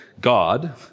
God